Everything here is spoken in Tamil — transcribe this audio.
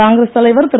காங்கிரஸ் தலைவர் திரு